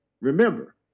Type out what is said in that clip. remember